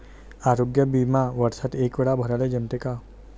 आरोग्य बिमा वर्षात एकवेळा भराले जमते का?